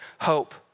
hope